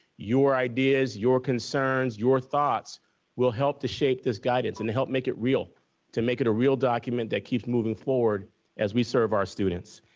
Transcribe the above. your ideas, your concerns, your thoughts will help to shape this guidance and help make it real to make it a real document that keeps moving forward as we serve our students.